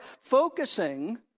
focusing